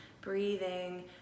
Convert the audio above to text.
breathing